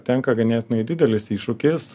tenka ganėtinai didelis iššūkis